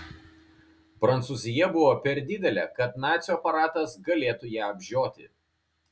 prancūzija buvo per didelė kad nacių aparatas galėtų ją apžioti